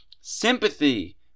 sympathy